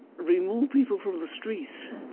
remove people from the streets